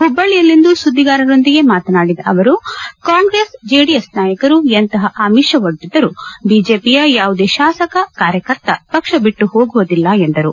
ಹುಬ್ಬಳ್ಳಯಲ್ಲಿಂದು ಸುದ್ದಿಗಾರರೊಂದಿಗೆ ಮಾತನಾಡಿದ ಅವರು ಕಾಂಗ್ರೆಸ್ ಜೆಡಿಎಸ್ ನಾಯಕರು ಎಂತಹ ಅಮಿಷ ಒಡ್ಡಿದರೂ ಬಿಜೆಪಿಯ ಯಾವುದೇ ಶಾಸಕ ಕಾರ್ಯಕರ್ತ ಪಕ್ಷ ಬಿಟ್ಟು ಹೋಗುವುದಿಲ್ಲ ಎಂದರು